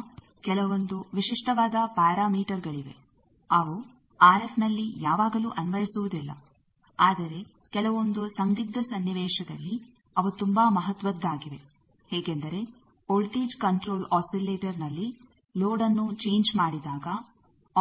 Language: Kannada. ನಂತರ ಕೆಲವೊಂದು ವಿಶಿಷ್ಟವಾದ ಪ್ಯಾರಾಮೀಟರ್ ಗಳಿವೆ ಅವು ಆರ್ಎಫ್ ನಲ್ಲಿ ಯಾವಾಗಲೂ ಅನ್ವಯಿಸುವುದಿಲ್ಲ ಆದರೆ ಕೆಲವೊಂದು ಸಂದಿಗ್ಧ ಸನ್ನಿವೇಶದಲ್ಲಿ ಅವು ತುಂಬಾ ಮಹತ್ವದ್ದಾಗಿವೆ ಹೇಗೆಂದರೆ ವೋಲ್ಟೇಜ್ ಕಂಟ್ರೋಲ್ ಆಸಿಲೇಟರ್ನಲ್ಲಿ ಲೋಡ್ಅನ್ನು ಚೇಂಜ್ ಮಾಡಿದಾಗ